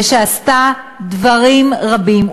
ועשתה דברים רבים.